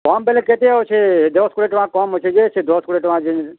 କମ୍ ବେଲେ କେତେ ଆଉ ସେ ଦଶ କୋଡ଼ିଏ ଟଙ୍କା କମ୍ ଅଛି ଯେ ସେ ଦଶ କୋଡ଼ିଏ ଟଙ୍କା ଯେନ୍